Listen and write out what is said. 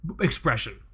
expression